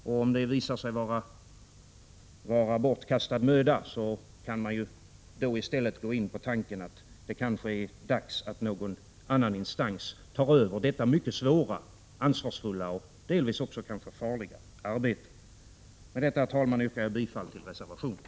Om det visar sig vara bortkastad möda, så kan man i stället gå in på tanken att det kanske är dags att någon annan instans tar över | detta mycket svåra, ansvarsfulla och delvis måhända farliga arbete. Med detta, herr talman, yrkar jag bifall till reservationen.